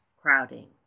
crowding